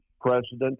president